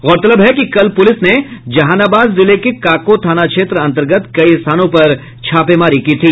गौरतलब है कि कल पुलिस ने जहानाबाद जिले के काको थाना क्षेत्र अंतर्गत कई स्थानों पर छापेमारी की थी